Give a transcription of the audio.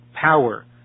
power